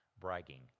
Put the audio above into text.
bragging